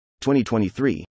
2023